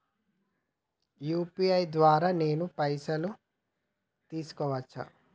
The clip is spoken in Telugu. యూ.పీ.ఐ ద్వారా నేను పైసలు తీసుకోవచ్చా?